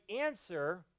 answer